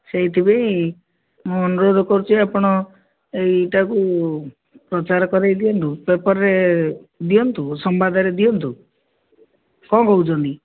ସେଇଥିପାଇଁ ମୁଁ ଅନୁରୋଧ କରୁଛି ଆପଣ ଏଇଟାକୁ ପ୍ରଚାର କରାଇ ଦିଅନ୍ତୁ ପେପର୍ରେ ଦିଅନ୍ତୁ ସମ୍ବାଦରେ ଦିଅନ୍ତୁ କ'ଣ କହୁଛନ୍ତି